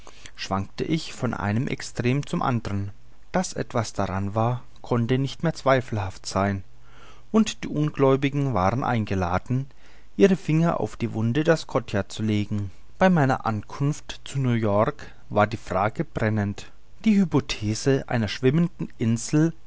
schwankte ich von einem extrem zum andern daß etwas daran war konnte nicht mehr zweifelhaft sein und die ungläubigen waren eingeladen ihren finger auf die wunde des scotia zu legen bei meiner ankunft zu new-york war die frage brennend die hypothese einer schwimmenden insel